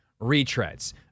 retreads